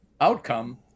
outcome